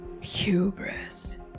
hubris